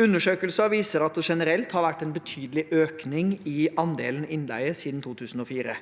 Undersøkelser viser at det generelt har vært en betydelig økning i andelen innleie siden 2004.